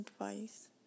advice